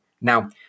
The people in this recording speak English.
now